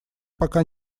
пока